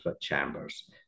chambers